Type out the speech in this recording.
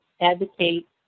advocate